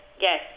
yes